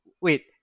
wait